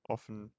Often